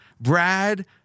Brad